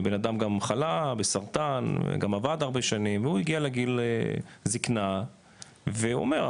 בנאדם גם חלה בסרטן וגם עבד הרבה שנים והוא הגיע לגיל זקנה והוא אומר,